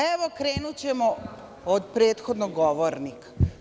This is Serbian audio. Evo, krenućemo od prethodnog govornika.